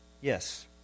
Yes